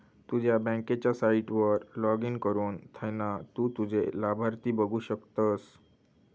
तुझ्या बँकेच्या साईटवर लाॅगिन करुन थयना तु तुझे लाभार्थी बघु शकतस